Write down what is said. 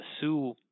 sue